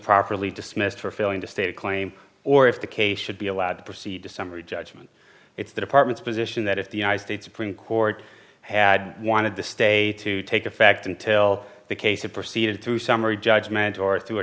properly dismissed for failing to state a claim or if the case should be allowed to proceed to summary judgment it's the department's position that if the united states supreme court had wanted the state to take effect until the case it proceeded through summary judgment or through a